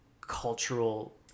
cultural